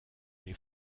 les